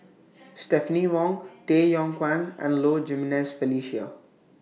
Stephanie Wong Tay Yong Kwang and Low Jimenez Felicia